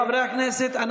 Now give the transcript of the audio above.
חברי הכנסת,